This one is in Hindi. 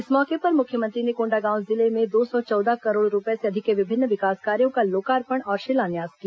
इस मौके पर मुख्यमंत्री ने कोंडागांव जिले में दो सौ चौदह करोड़ रूपए से अधिक के विभिन्न विकास कार्यो का लोकार्पण और शिलान्यास किया